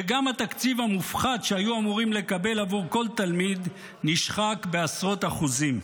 וגם התקציב המופחת שהיו אמורים לקבל עבור כל תלמיד נשחק בעשרות אחוזים.